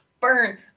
burn